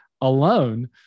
alone